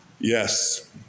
Yes